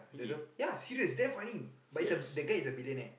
ya serious damn funny but he's a that guy is a billionaire